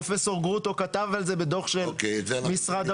פרופ' גרוטו כתב על זה בדוח של משרד הבריאות.